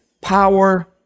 power